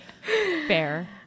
Fair